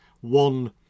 one